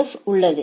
ஃப் உள்ளது